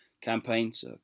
campaigns